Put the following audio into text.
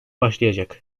başlayacak